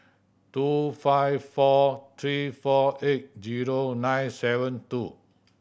two five four three four eight zero nine seven two